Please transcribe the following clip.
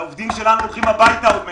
העובדים שלנו הולכים הביתה עוד מעט.